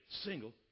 single